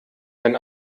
wenn